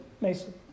Mason